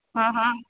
हा हा